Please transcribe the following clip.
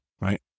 right